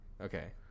Okay